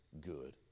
good